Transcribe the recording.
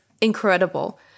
incredible